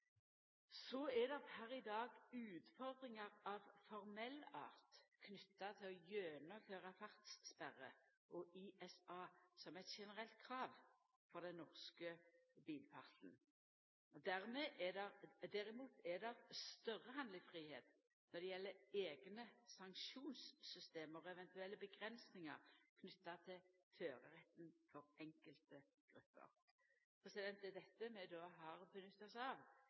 Så er det per i dag utfordringar av formell art knytte til å gjennomføra fartssperre og ISA som eit generelt krav for den norske bilparken. Derimot er det større handlefridom når det gjeld eigne sanksjonssystem og eventuelle avgrensingar knytte til føreretten for enkelte grupper. Det er dette